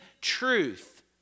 truth